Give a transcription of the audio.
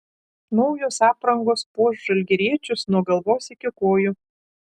naujos aprangos puoš žalgiriečius nuo galvos iki kojų